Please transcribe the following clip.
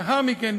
לאחר מכן,